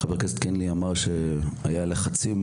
חבר הכנסת קינלי אמר שאולי הופעלו לחצים